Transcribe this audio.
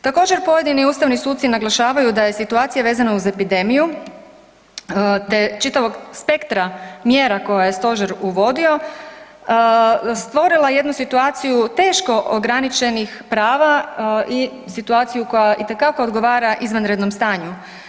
Također pojedini ustavni suci naglašavaju da je situacija vezana uz epidemiju čitavog spektra mjera koje je stožer uvodio stvorila jednu situaciju teško ograničenih prava i situaciju koja itekako odgovara izvanrednom stanju.